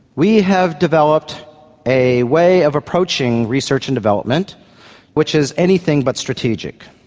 we have developed a way of approaching research and development which is anything but strategic.